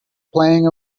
playing